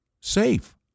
safe